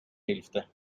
hälfte